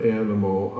animal